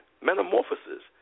metamorphosis